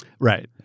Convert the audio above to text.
Right